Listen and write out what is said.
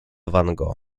vango